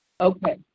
okay